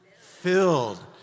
Filled